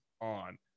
on